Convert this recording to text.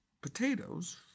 potatoes